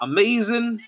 Amazing